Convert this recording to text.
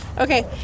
Okay